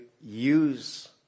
use